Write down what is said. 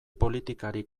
politikari